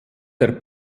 der